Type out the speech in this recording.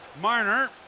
Marner